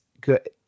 good